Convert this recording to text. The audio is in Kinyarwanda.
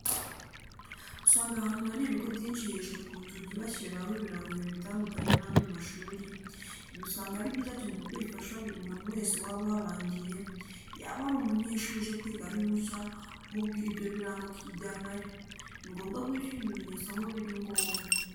Usanga ahantu hari ibigo byinshi hejuru ku nzugi bashyiraho ibirango bibitandukanya n'andi mashuri, ibi usanga ari byiza cyane kuko bifasha buri muntu wese waba uharangiye, yaba ari umunyeshuri uje kuhiga ari mushya umubwira ibyo birango akijyanayo, ni ngobwa gushyira ibimenyetso aho biri ngombwa.